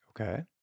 Okay